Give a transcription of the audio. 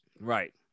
Right